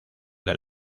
del